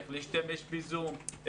איך להשתמש ב-זום,